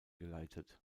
geleitet